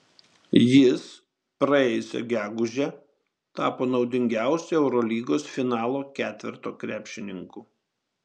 jis praėjusią gegužę tapo naudingiausiu eurolygos finalo ketverto krepšininku